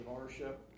ownership